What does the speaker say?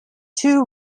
too